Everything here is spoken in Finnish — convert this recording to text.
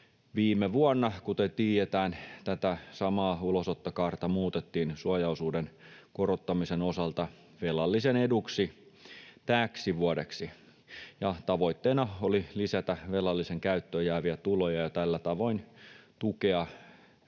Viime vuonna, kuten tiedetään, tätä samaa ulosottokaarta muutettiin suojaosuuden korottamisen osalta velallisen eduksi täksi vuodeksi, ja tavoitteena oli lisätä velallisen käyttöön jääviä tuloja ja tällä tavoin tukea